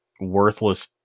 worthless